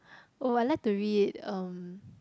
oh I like to read um